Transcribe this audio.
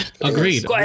agreed